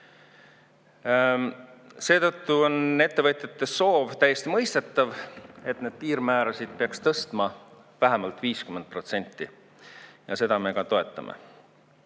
Seetõttu on ettevõtjate soov täiesti mõistetav, et need piirmäärasid peaks tõstma vähemalt 50%. Ja seda me ka toetame.